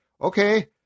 okay